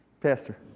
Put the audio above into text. Pastor